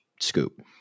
scoop